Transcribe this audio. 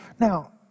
Now